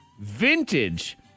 Vintage